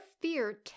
fear